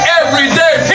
everyday